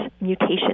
mutation